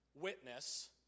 witness